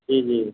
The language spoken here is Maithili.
जी जी